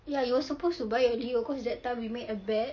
ya you were supposed to buy already cause that time we made a bet